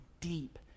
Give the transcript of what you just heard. deep